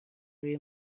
روی